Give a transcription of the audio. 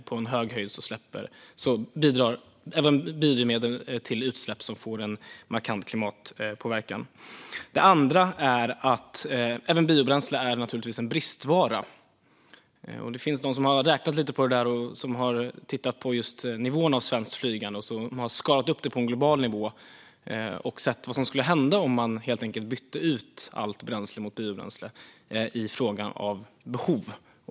På hög höjd bidrar även biodrivmedel till utsläpp som ger en markant klimatpåverkan. Det andra är att även biobränsle naturligtvis är en bristvara. Det finns de som har räknat lite på det här. De har tittat på nivåerna av svenskt flygande och skalat upp dem på en global nivå och sett vad som skulle hända om man helt enkelt bytte ut allt bränsle mot biobränsle utifrån behov.